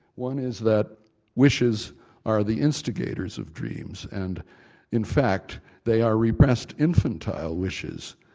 one is that wishes are the instigators of dreams and in fact they are repressed infantile wishes,